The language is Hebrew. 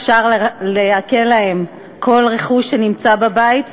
אפשר לעקל להם כל רכוש שנמצא בבית,